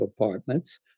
apartments